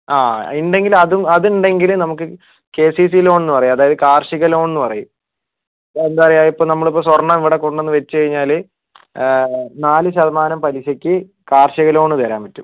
അതെ ഉണ്ടെങ്കിൽ അതും അത് ഉണ്ടെങ്കിൽ നമുക്ക് കെസിസി ലോൺ എന്ന് പറയും അതായത് കാർഷിക ലോൺ എന്ന് പറയും എന്താ പറയുക ഇപ്പോൾ നമ്മൾ ഇപ്പൊ സ്വർണം ഇവിടെ കൊണ്ട് വന്ന് വെച്ച് കഴിഞ്ഞാല് നാല് ശതമാനം പലിശയ്ക്ക് കാർഷിക ലോൺ തരാൻ പറ്റും